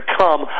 come